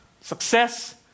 success